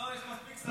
לא, יש מספיק שרים.